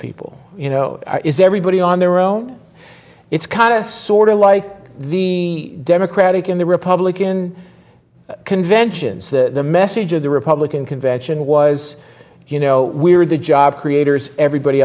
people you know is everybody on their own it's kind of sort of like the democratic in the republican conventions the message of the republican convention was you know we are the job creators everybody